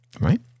right